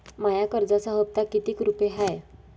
माया कर्जाचा हप्ता कितीक रुपये हाय?